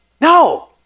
No